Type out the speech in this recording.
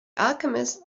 alchemist